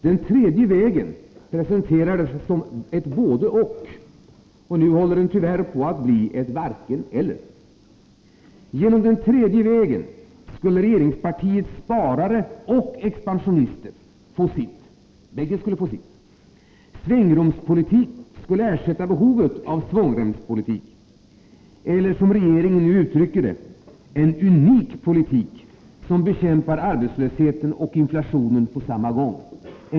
”Den tredje vägen” presenterades som ett både—och, och nu håller den tyvärr på att bli ett varken-eller. Genom ”den tredje vägen” skulle både regeringspartiets sparare och dess expansionister få sitt. Svängrumspolitik skulle ersätta behovet av svångremspolitik. Eller som regeringen nu uttrycker det: en unik politik som bekämpar arbetslösheten och inflationen på samma gång.